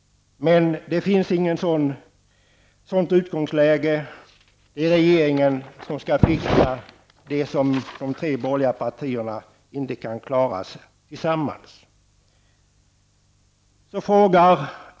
Men det finns inte något sådant utgångsläge. Det är regeringen som skall fixa det som de tre borgerliga partierna inte kan klara av tillsammans.